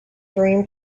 dream